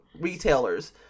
retailers